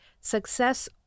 success